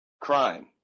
crime